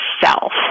self